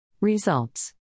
Results